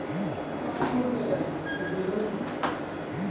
नरम लकड़ी केरो प्रयोग हवाई जहाज, नाव आरु कलाकृति म होय छै